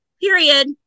period